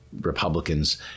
Republicans